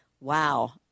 Wow